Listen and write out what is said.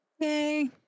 Yay